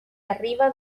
arriba